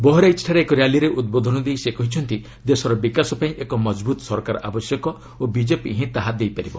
ବହରାଇଜ୍ଠାରେ ଏକ ର୍ୟାଲିରେ ଉଦ୍ବୋଧନ ଦେଇ ସେ କହିଛନ୍ତି ଦେଶର ବିକାଶ ପାଇଁ ଏକ ମଜବୃତ ସରକାର ଆବଶ୍ୟକ ଓ ବିଜେପି ହିଁ ତାହା ଦେଇପାରିବ